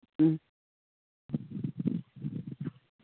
ꯎꯝ